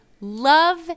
love